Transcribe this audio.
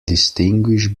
distinguish